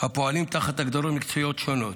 הפועלים תחת הגדרות מקצועיות שונות.